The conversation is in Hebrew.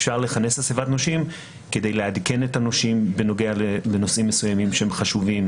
אפשר לכנס אסיפת נושים כדי לעדכן את הנושים בנושאים מסוימים שהם חשובים